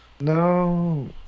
No